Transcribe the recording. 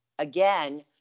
Again